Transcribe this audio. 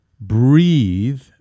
breathe